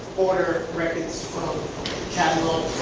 order records from catalog,